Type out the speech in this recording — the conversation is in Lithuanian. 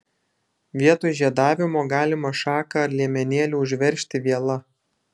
vietoj žiedavimo galima šaką ar liemenėlį užveržti viela